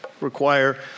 require